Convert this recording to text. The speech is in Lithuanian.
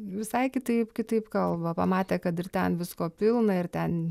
visai kitaip kitaip kalba pamatė kad ir ten visko pilna ir ten